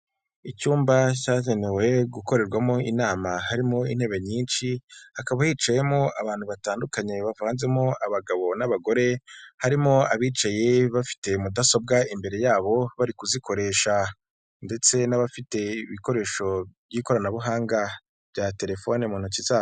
Icyumba cyagenewe gukorerwamo inama harimo intebe nyinshi, hakaba hicayemo abantu batandukanye bavanzemo abagabo n'abagore, harimo abicaye bafite mudasobwa imbere yabo bari kuzikoresha. Ndetse n'abafite ibikoresho by'ikoranabuhanga bya telefone mutoki zabo.